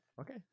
Okay